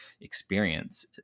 experience